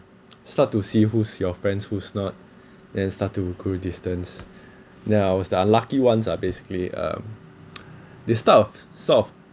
start to see who's your friends who's not then start to grow distance then I was the unlucky ones ah basically um they start of sort of